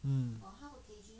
mm